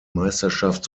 meisterschaft